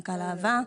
מנכ"ל אהב"ה.